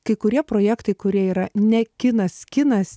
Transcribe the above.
kai kurie projektai kurie yra ne kinas kinas